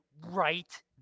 right